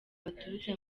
baturutse